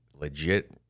Legit